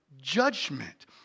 judgment